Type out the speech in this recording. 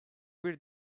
bir